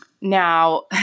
Now